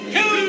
Two